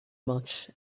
much